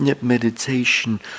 meditation